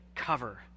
cover